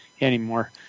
anymore